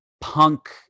punk